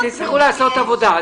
תצטרכו לעשות עבודה.